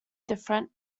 different